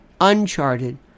uncharted